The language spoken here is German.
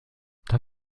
darf